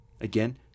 Again